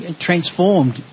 transformed